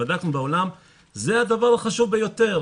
זה הדבר החשוב ביותר.